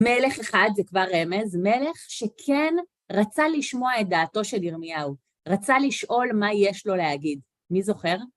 מלך אחד, זה כבר רמז, מלך שכן רצה לשמוע את דעתו של ירמיהו, רצה לשאול מה יש לו להגיד, מי זוכר?